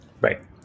Right